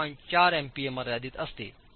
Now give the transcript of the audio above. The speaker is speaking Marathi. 4 MPa मर्यादित असते